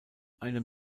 einem